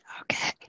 Okay